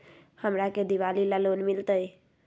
हमरा के दिवाली ला लोन मिलते?